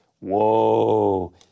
Whoa